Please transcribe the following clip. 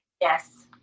Yes